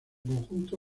conjunto